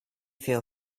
feel